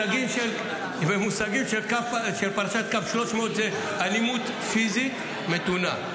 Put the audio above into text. היות שאני --- במושגים של פרשת קו 300 זה אלימות פיזית מתונה,